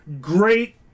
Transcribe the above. Great